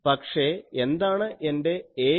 പക്ഷേ എന്താണ് എൻറെ Aem